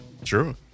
True